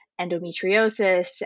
endometriosis